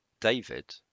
David